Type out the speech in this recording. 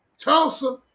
Tulsa